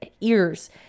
ears